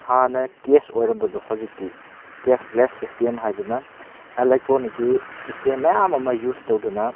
ꯍꯥꯟꯅ ꯀꯦꯁ ꯑꯣꯏꯔꯝꯕꯗꯣ ꯍꯧꯖꯤꯛꯇꯤ ꯀꯦꯁꯂꯦꯁ ꯁꯤꯁꯇꯦꯝ ꯍꯥꯏꯗꯨꯅ ꯏꯂꯦꯛꯇ꯭ꯔꯣꯅꯤꯛꯀꯤ ꯁꯤꯁꯇꯦꯝ ꯃꯌꯥꯝ ꯑꯃ ꯌꯨꯁ ꯇꯧꯗꯨꯅ